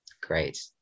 Great